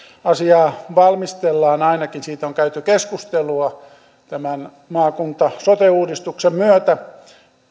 asiaa valmistellaan ainakin siitä on käyty keskustelua tämän maakunta sote uudistuksen myötä